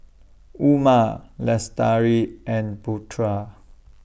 Umar Lestari and Putra